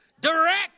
direct